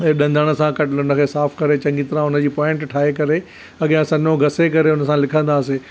ॾंदण सां गॾु हुनखे साफ़ु करे चङी तरह हुनजी पॉइंट ठाहे करे अॻियां सनो घसे करे हुन सां लिखंदाहासीं